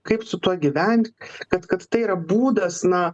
kaip su tuo gyvent kad kad tai yra būdas na